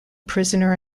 prisoner